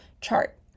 chart